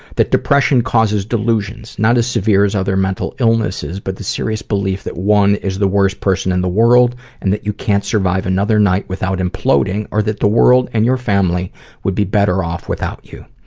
that depression causes delusions, not as severe as other mental illnesses but the serious belief that one is the worst person in the world, and that you can't survive another night without imploding or that the world and your family would be better off without you.